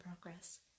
progress